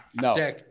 No